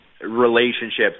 relationships